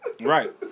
Right